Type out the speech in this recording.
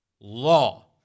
Law